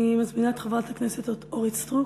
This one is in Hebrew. אני מזמינה את חברת הכנסת אורית סטרוק,